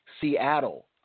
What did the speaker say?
Seattle